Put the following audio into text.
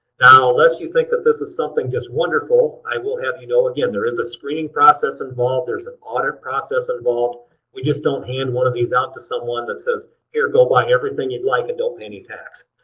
now less you think that this is something just wonderful, i will have you know, again, there is a screening process involved. there's an audit process involved we just don't hand one of these out to someone that says here go buy everything you'd like and don't pay any tax.